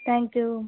thank you